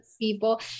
people